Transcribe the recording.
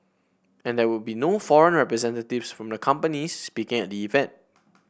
and there would be no foreign representatives from the companies speaking at the event